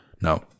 Now